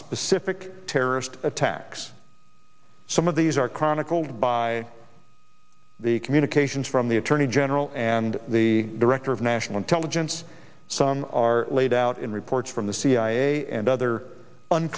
specific terrorist attacks some of these are chronicled by the communications from the attorney general and the director of national intelligence some are laid out in reports from the cia and othe